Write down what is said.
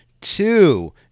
two